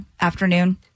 afternoon